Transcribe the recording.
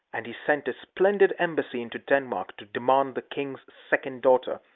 and he sent a splendid embassy into denmark to demand the king's second daughter,